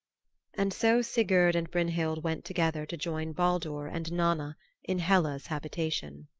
and so sigurd and brynhild went together to join baldur and nanna in hela's habitation.